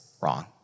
wrong